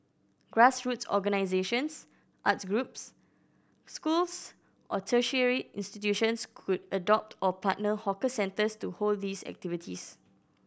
grassroots organisations arts groups schools or tertiary institutions could adopt or partner hawker centres to hold these activities